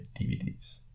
DVDs